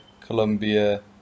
Colombia